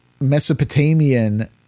Mesopotamian